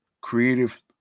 creative